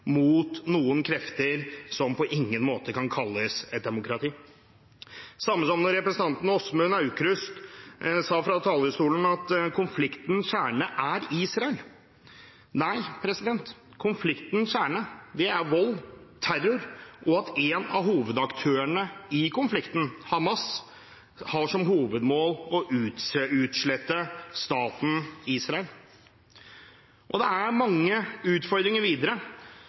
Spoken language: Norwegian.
samme som da representanten Åsmund Aukrust sa fra talerstolen at konfliktens kjerne er Israel. Nei, konfliktens kjerne er vold, terror og at en av hovedaktørene i konflikten, Hamas, har som hovedmål å utslette staten Israel. Og det er mange utfordringer videre.